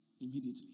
immediately